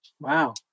Wow